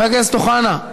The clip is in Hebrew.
חבר הכנסת אוחנה,